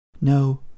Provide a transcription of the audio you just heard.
No